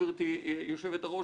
גבירתי יושבת-הראש,